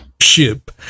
ship